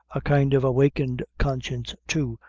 a kind of awakened conscience, too,